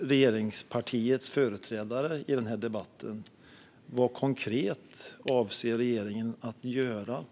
regeringspartiets företrädare i denna debatt: Vad avser regeringen konkret att göra?